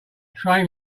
train